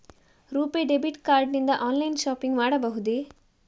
RuPay debit card ನಿಂದ online shopping ಮಾಡಬಹುದೇ?